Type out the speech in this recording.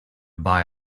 buy